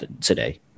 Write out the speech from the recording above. today